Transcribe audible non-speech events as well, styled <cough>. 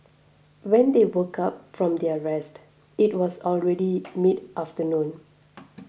when they woke up from their rest it was already midafternoon <noise>